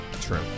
True